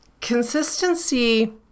Consistency